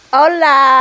Hola